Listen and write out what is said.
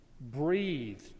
breathe